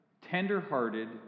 tenderhearted